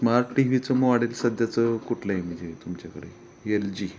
smart T व्हीचं model सध्याचं कुठलं आहे म्हणजे तुमच्याकडे एल जी